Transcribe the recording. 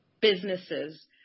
businesses